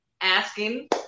Asking